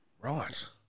Right